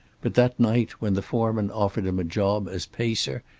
but that night, when the foreman offered him a job as pacer,